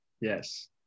yes